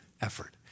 effort